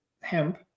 hemp